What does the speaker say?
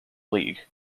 league